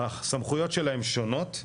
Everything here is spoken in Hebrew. הסמכויות שלהם שונות.